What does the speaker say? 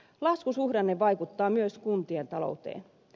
laskusuhdanne vaikuttaa myös kuntien talouteen